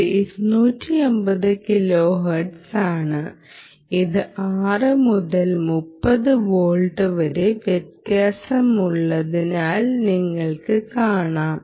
ഇത് 250 കിലോഹെർട്സ് ആണ് ഇത് 6 മുതൽ 30 വോൾട്ട് വരെ വ്യത്യാസമുള്ളതായി നിങ്ങൾക്ക് കാണാം